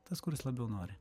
tas kuris labiau nori